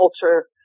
culture